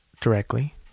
directly